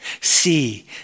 See